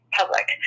public